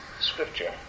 scripture